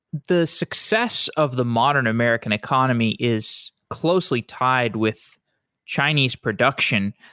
the success of the modern american economy is closely tied with chinese production.